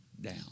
down